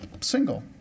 single